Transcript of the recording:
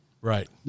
Right